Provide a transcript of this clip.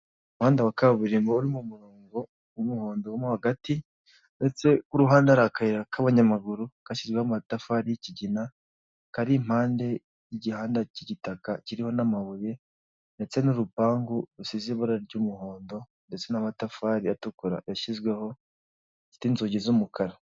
Umuhanda wa kaburimbo uri mu murongo w'umuhondo mo hagati ndetse n'uruhande ari akayira k'abanyamaguru kashyirizweho amatafari y'ikigina kari impande y'igihanda cy'igitaka kiriho n'amabuye ndetse n'urupangu rusize ibarara ry'umuhondo ndetse n'amatafari atukura yashyizwehoin gifite inzugi z'umukara.